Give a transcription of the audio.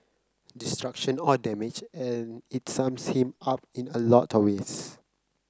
destruction or damage and it sums him up in a lot of ways